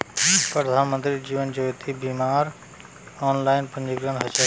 प्रधानमंत्री जीवन ज्योति बीमार ऑनलाइन पंजीकरण ह छेक